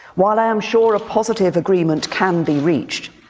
while i am sure a positive agreement can be reached,